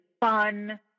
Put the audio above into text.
fun